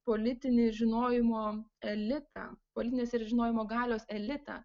politinį žinojimo elitą politinės ir žinojimo galios elitą